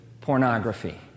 pornography